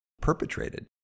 perpetrated